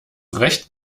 recht